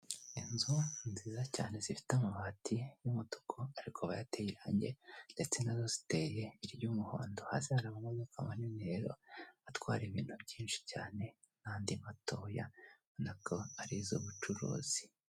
Inzu nziza cyane zifite amabati y'umutuku ariko bayateye irangi ndetse nazo ziteye iry'umuhondo, hasi hari amamodoka manini rero atwara ibintu byinshi cyane n'andi matoya ubona ko ari iz'ubucuruzi.